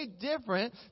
different